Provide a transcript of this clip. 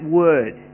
word